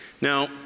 Now